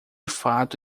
fato